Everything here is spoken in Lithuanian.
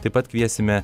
taip pat kviesime